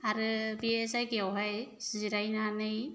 आरो बे जायगायावहाय जिरायनानै